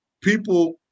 People